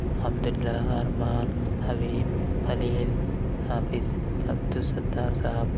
Abdul Allah Arman Habib Khalil Hafiz Abdus Sattar Sahib